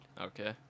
okay